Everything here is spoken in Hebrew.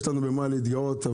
יש לנו במה להתגאות.